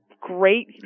great